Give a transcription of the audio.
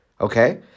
okay